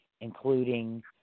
including